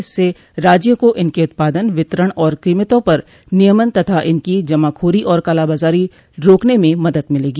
इससे राज्या को इनके उत्पादन वितरण और कोमतों पर नियमन तथा इनकी जमाखोरी और कालाबाजारी रोकने में मदद मिलेगी